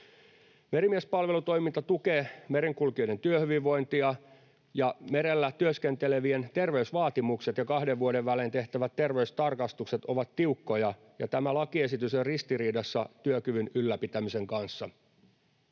Merimiespalvelutoiminta tukee merenkulkijoiden työhyvinvointia, ja merellä työskentelevien terveysvaatimukset ja kahden vuoden välein tehtävät terveystarkastukset ovat tiukkoja. Tämä lakiesitys on ristiriidassa työkyvyn ylläpitämisen kanssa.